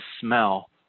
smell